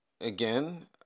Again